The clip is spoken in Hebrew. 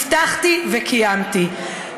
הבטחתי, וקיימתי.